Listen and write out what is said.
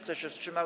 Kto się wstrzymał?